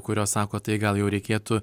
kurios sako tai gal jau reikėtų